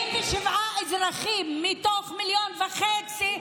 77 אזרחים מתוך מיליון ו-500,000.